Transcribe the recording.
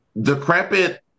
Decrepit